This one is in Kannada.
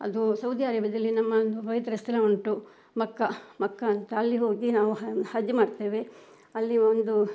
ಅದು ಸೌದಿ ಅರೇಬಿಯಾದಲ್ಲಿ ನಮ್ಮ ಒಂದು ಪವಿತ್ರ ಸ್ಥಳ ಉಂಟು ಮೆಕ್ಕಾ ಮೆಕ್ಕಾ ಅಂತ ಅಲ್ಲಿ ಹೋಗಿ ನಾವು ಹಜ್ ಮಾಡ್ತೇವೆ ಅಲ್ಲಿ ಒಂದು